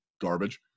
garbage